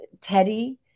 Teddy